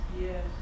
Yes